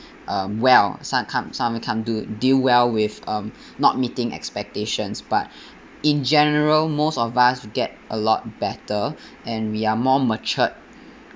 uh well some can't some of them can't do it deal well with um not meeting expectations but in general most of us would get a lot better and we are more mature